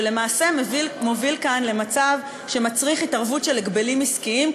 שלמעשה מוביל כאן למצב שמצריך התערבות של ההגבלים העסקיים,